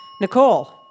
Nicole